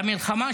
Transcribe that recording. במלחמה,